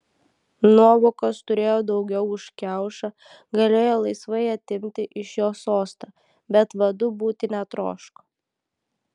nuovokos turėjo daugiau už kiaušą galėjo laisvai atimti iš jo sostą bet vadu būti netroško